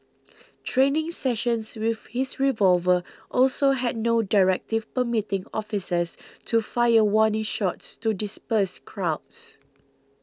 training sessions with his revolver also had no directive permitting officers to fire warning shots to disperse crowds